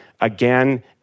again